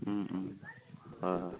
হয় হয়